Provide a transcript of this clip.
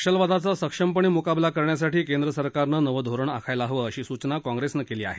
नक्षलवादाचा सक्षमपणे मुकाबला करण्यासाठी केंद्र सरकारनं नवं धोरण आखायला हवं अशी सूचना काँप्रेसनं केली आहे